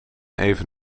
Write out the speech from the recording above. even